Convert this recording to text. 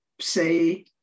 say